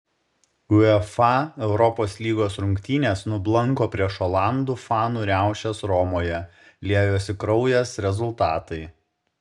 uefa europos lygos rungtynės nublanko prieš olandų fanų riaušes romoje liejosi kraujas rezultatai